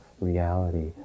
reality